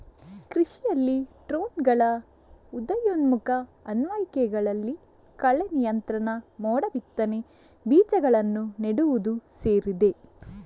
ಕೃಷಿಯಲ್ಲಿ ಡ್ರೋನುಗಳ ಉದಯೋನ್ಮುಖ ಅನ್ವಯಿಕೆಗಳಲ್ಲಿ ಕಳೆ ನಿಯಂತ್ರಣ, ಮೋಡ ಬಿತ್ತನೆ, ಬೀಜಗಳನ್ನು ನೆಡುವುದು ಸೇರಿದೆ